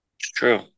true